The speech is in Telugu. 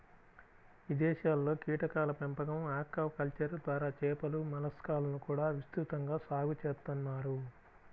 ఇదేశాల్లో కీటకాల పెంపకం, ఆక్వాకల్చర్ ద్వారా చేపలు, మలస్కాలను కూడా విస్తృతంగా సాగు చేత్తన్నారు